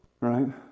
Right